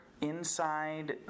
inside